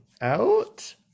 out